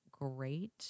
great